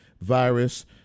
virus